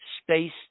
space